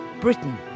Britain